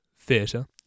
theatre